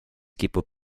kipub